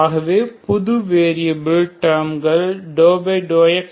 ஆகவே புது வேரியபில் டேர்ம்கள் ∂x